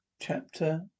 Chapter